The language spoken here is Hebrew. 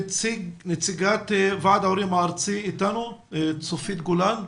נציגת ועד ההורים הארצית, צופית גולן.